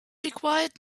required